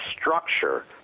structure